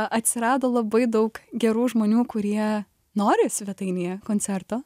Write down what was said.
atsirado labai daug gerų žmonių kurie nori svetainėje koncerto